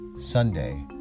Sunday